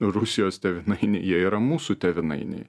rusijos tėvynainiai jie yra mūsų tėvynainiai